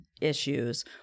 issues